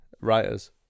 Writers